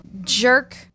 jerk